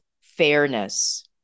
fairness